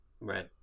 Right